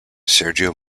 sergio